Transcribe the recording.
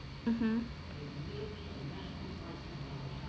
mmhmm